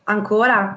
Ancora